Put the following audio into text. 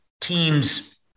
teams